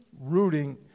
rooting